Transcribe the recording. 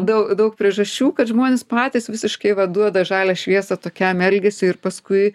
dau daug priežasčių kad žmonės patys visiškai va duoda žalią šviesą tokiam elgesiui ir paskui